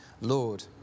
Lord